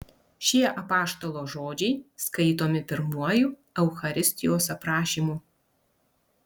šie apaštalo žodžiai skaitomi pirmuoju eucharistijos aprašymu